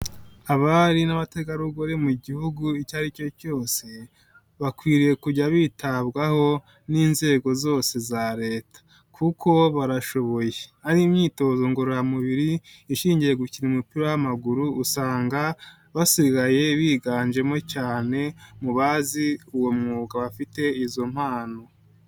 Abari n'abategarugori mu gihugu icyo ari cyo cyose, bakwiriye kujya bitabwaho n'inzego zose za Leta kuko barashoboye, ari imyitozo ngororamubiri ishingiye gukina umupira w'amaguru, usanga basigaye biganjemo cyane, mu bazi uwo mwuga bafite izo mpano.